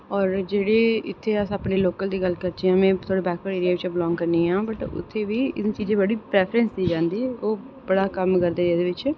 ते जेह्ड़े अस इत्थै लोकल दी गल्ल करचै ते जि'यां में थुआढ़े बैकवर्ड एरिया च बीलांग करनी आं उत्थै बही इ'नें चीज़ें गी बड़ी प्रेफेरेंस दित्ती जंदी बड़ा कम्म करदे एह्दे बिच